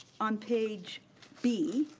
on page b,